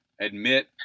admit